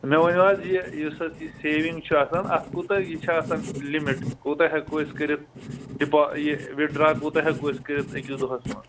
مےٚ ؤنِو حظ یہِ یُس اَتھ یہِ سیوِنٛگ چھُ آسان اَتھ کوٗتاہ یہِ چھُ آسان لِمِٹ کوٗتاہ ہیٚکو أسۍ کٔرِتھ ڈِپا یہِ وِدڈرٛا کوٗتاہ ہٮ۪کو أسۍ کٔرِتھ أکِس دۄہَس منٛز